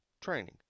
training